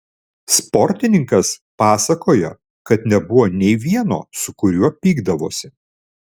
sportininkas pasakojo kad nebuvo nei vieno su kuriuo pykdavosi